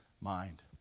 mind